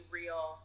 real